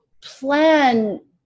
plan